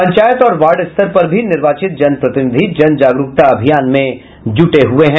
पंचायत और वार्ड स्तर पर भी निर्वाचित जनप्रतिनिधि जन जागरूकता अभियान में जुटे हुये हैं